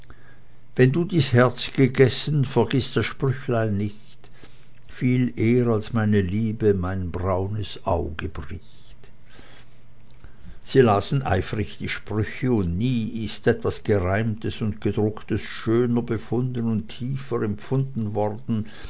wenn du dies herz gegessen vergiß dies sprüchlein nicht viel eh'r als meine liebe mein braunes auge bricht sie lasen eifrig die sprüche und nie ist etwas gereimtes und gedrucktes schöner befunden und tiefer empfunden worden